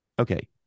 Okay